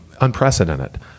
unprecedented